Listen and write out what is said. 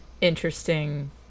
interesting